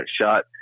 shot